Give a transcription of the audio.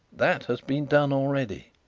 that has been done already.